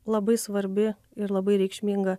labai svarbi ir labai reikšminga